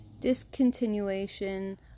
discontinuation